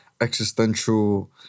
existential